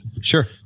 Sure